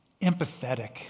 empathetic